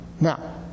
Now